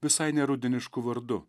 visai ne rudenišku vardu